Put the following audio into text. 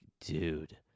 dude